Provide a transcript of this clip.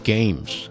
Games